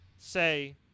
say